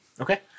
Okay